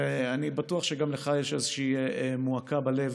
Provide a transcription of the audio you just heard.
ואני בטוח שגם לך יש איזושהי מועקה בלב,